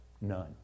none